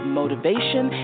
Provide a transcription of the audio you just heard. motivation